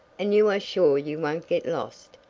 and you are sure you won't get lost?